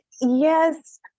Yes